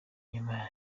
nyuma